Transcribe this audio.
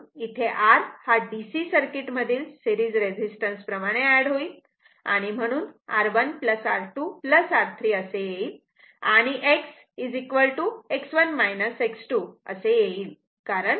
म्हणून इथे R हा DC सर्किट मधील सेरीज रेजिस्टन्स प्रमाणे एड होईल म्हणून R1 R2 R3 असे येईल आणि X X1 X2 येईल